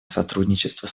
сотрудничество